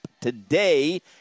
today